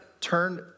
turned